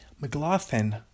McLaughlin